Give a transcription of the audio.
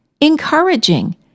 encouraging